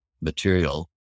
material